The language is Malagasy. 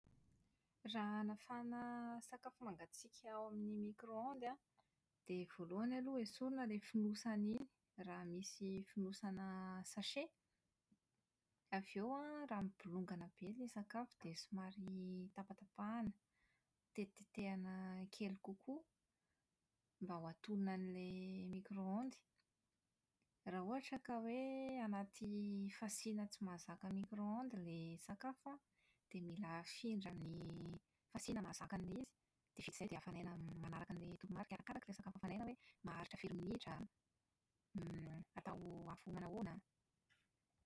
Raha hanafana sakafo mangatsiaka ao amin'ny micro-ondes an ,dia voalohany aloha esorina ilay fonosana iny raha misy fonosana sachet. Avy eo an, raha mibolongana be ilay sakafo dia somary tapatapahana tetitetehana kelikely kokoa mba ho antonona an'ilay micro-ondes. Raha ohatra ka hoe anaty fasiana tsy mahazaka micro-ondes ilay sakafo an, dia mila hafindra ny fasina mahazaka an'ilay izy. Dia vita izay dia hafanaina manaraka an'ilay toromarika arakaraka ilay sakafo hafanaina hoe maharitra firy minitra > atao afo manahoana.